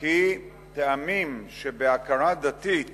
כי טעמים שבהכרה דתית